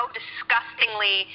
disgustingly